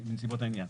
העניין.